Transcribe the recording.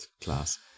class